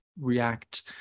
react